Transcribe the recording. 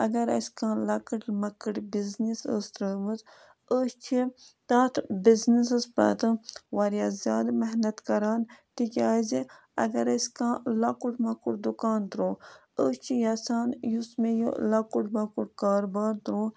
اگر اَسہِ کانٛہہ لَکٕٹ مَکٕٹ بِزنٮِس ٲس ترٲومٕژ أسۍ چھِ تَتھ بِزنِسَس پَتہٕ واریاہ زیادٕ محنت کَران تِکیٛازِ اَگر اَسہِ کانٛہہ لَکُٹ مَۄکُٹ دُکان تروو أسۍ چھِ یَژھان یُس مےٚ یہِ لَکُٹ مۄکُٹ کاربار ترو